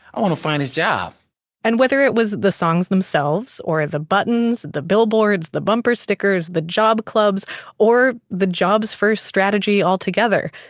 i want to find this job and whether it was the songs themselves or the buttons, the billboards, the bumper stickers, the job clubs or the jobs-first strategy altogether.